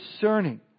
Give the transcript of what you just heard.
discerning